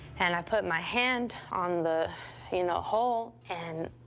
and i put my hand on the you know, hole and